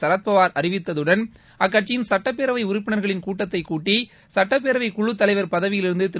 சரத்பவாா் அறிவித்ததுடன் அக்கட்சியின் சுட்டப்பேரவை உறுப்பினர்களின் கூட்டத்தைகூட்டி சட்டப்பேரவைக்குழுத் தலைவர் பதவியிலிருந்து திரு